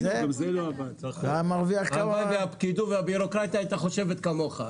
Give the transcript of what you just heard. הלוואי והפקידות והבירוקרטיה הייתה חושבת כמוך.